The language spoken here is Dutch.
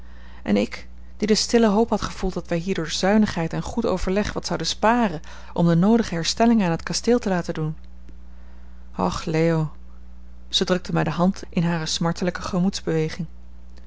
en ik die de stille hoop had gevoed dat wij hier door zuinigheid en goed overleg wat zouden sparen om de noodige herstellingen aan t kasteel te laten doen och leo zij drukte mij de hand in hare smartelijke